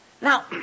Now